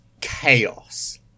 chaos